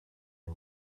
the